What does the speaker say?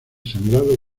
sangrado